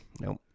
Nope